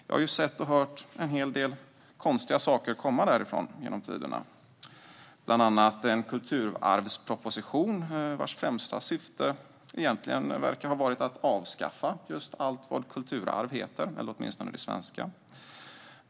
Jag har ju sett och hört en hel del konstiga saker komma därifrån genom tiderna, bland annat en kulturarvsproposition vars främsta syfte verkar ha varit att avskaffa just allt vad kulturarv heter, eller åtminstone det svenska.